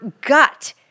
gut